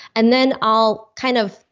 and then i'll kind of,